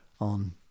on